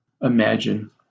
imagine